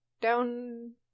down